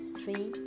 three